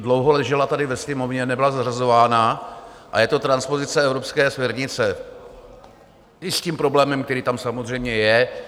Dlouho ležela tady ve Sněmovně, nebyla zařazována, a je to transpozice evropské směrnice i s tím problémem, který tam samozřejmě je.